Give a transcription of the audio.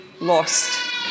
lost